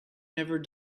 never